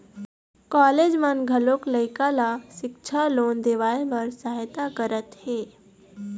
college मन घलोक लइका ल सिक्छा लोन देवाए बर सहायता करत हे